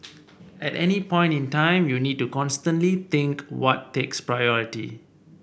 at any point in time you need to constantly think what takes priority